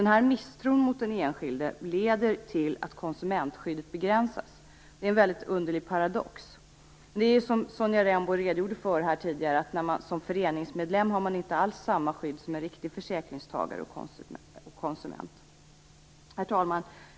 Den här misstron mot den enskilde leder till att konsumentskyddet begränsas. Det är en väldigt underlig paradox. Som Sonja Rembo tidigare redogjorde för har man som föreningsmedlem inte alls samma skydd som en riktig försäkringstagare och konsument. Herr talman!